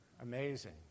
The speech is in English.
Amazing